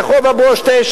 רחוב הברוש 9,